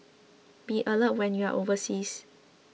be alert when you are overseas